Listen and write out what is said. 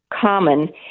common